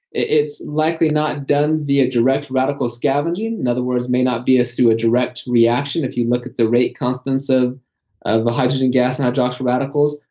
it's likely not done via direct radical scavenging. in other words, it may not be through a direct reaction if you look at the rate constants of of the hydrogen gas and hydroxy radicals,